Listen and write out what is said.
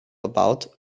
about